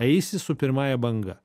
eisi su pirmąja banga